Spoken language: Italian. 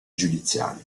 giudiziari